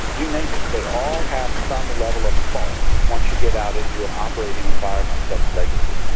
you name it, they all have some level of fault once you get out into an operating environment that's legacy.